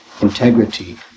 integrity